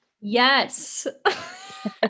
Yes